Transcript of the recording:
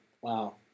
Wow